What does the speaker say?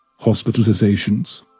hospitalizations